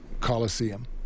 coliseum